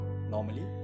Normally